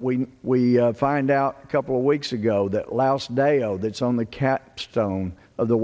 we we find out a couple of weeks ago that laos dayo that's on the capstone of the